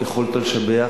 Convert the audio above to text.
יכולת לשבח,